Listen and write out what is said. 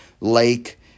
lake